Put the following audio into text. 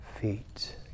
feet